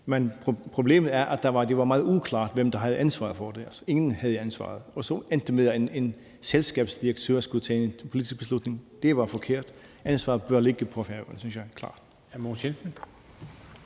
Men problemet er, at det var meget uklart, hvem der havde ansvaret for det – ingen havde ansvaret. Og så endte det med, at en direktør for et selskab skulle træffe en politisk beslutning. Det var forkert. Jeg synes klart,